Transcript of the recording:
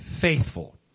faithful